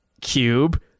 Cube